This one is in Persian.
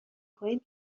کنید